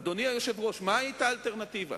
אדוני היושב-ראש, מה היתה האלטרנטיבה?